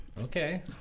Okay